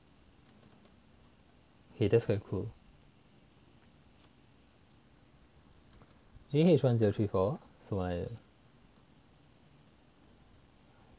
okay thats quite cool G_E_H one zero three four 什么来的